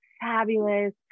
fabulous